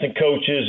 coaches